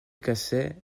cassait